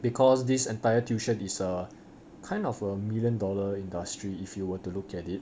because this entire tuition is a kind of a million dollar industry if you were to look at it